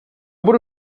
budu